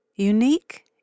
Unique